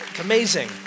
amazing